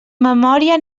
memòria